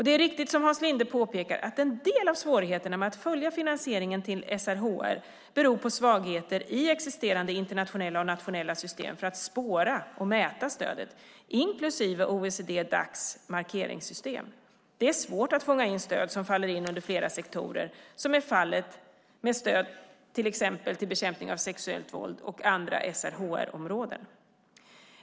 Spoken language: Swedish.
Det är riktigt, som Hans Linde påpekar, att en del av svårigheten med att följa finansieringen till SRHR beror på svagheter i existerande internationella och nationella system för att spåra och mäta stödet, inklusive OECD:s och Dacs markeringssystem. Det är svårt att fånga in stöd som faller in under flera sektorer, som är fallet med stöd till exempel till bekämpningen av sexuellt våld och andra SRHR-områden.